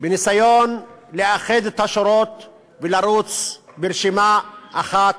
בניסיון לאחד את השורות ולרוץ ברשימה אחת.